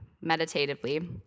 meditatively